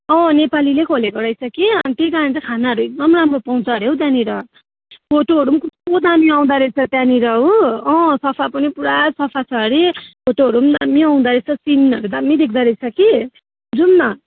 नेपालीले खोलेको रहेछ कि अनि त्यही कारण चाहिँ खानाहरू एकदम राम्रो पाउँछ हरे हौ त्यहाँनेर फोटोहरू कस्तो दामी आउँदो रहेछ त्यहाँनेर हो सफा पनि पुरा सफा छ हरे फोटोहरू दामी आउँदो रहेछ सिनहरू दामी देख्दा रहेछ कि जाऊँ न